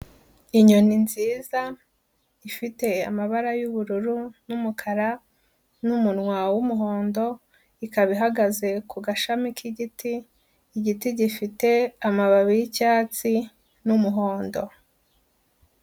Inyoni nziza ifite amabara y'ubururu n'umukara n'umunwa w'umuhondo, ikaba ihagaze ku gashami k'igiti, igiti gifite amababi y'icyatsi n'umuhondo.